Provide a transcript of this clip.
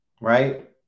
right